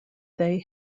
they